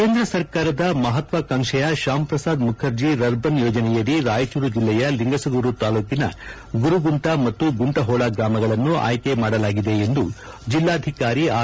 ಕೇಂದ್ರ ಸರ್ಕಾರದ ಮಹತ್ವಕಾಂಕ್ಷೆಯ ಶಾಮ್ ಪ್ರಸಾದ್ ಮುಖರ್ಜಿ ರರ್ಬನ್ ಯೋಜನೆಯಡಿ ರಾಯಚೂರು ಜಿಲ್ಲೆಯ ಲಿಂಗಸಗೂರು ತಾಲೂಕಿನ ಗುರುಗುಂಟಾ ಮತ್ತು ಗುಂಟಹೋಳ ಗ್ರಾಮಗಳನ್ನು ಆಯ್ಕೆ ಮಾಡಲಾಗಿದೆ ಎಂದು ಜೆಲ್ಲಾಧಿಕಾರಿ ಆರ್